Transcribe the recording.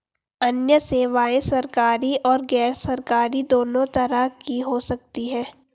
अन्य सेवायें सरकारी और गैरसरकारी दोनों तरह की हो सकती हैं